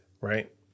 right